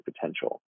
potential